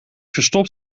verstopt